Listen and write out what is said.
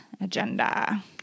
agenda